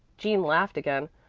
jean laughed again.